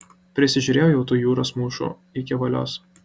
prisižiūrėjau jau tų jūros mūšų iki valios